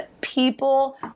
people